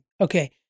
okay